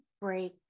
break